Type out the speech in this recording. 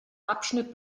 abschnitt